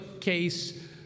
case